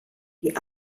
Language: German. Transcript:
die